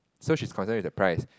so she's concern with the price